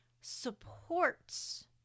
supports